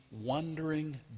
wandering